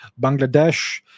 Bangladesh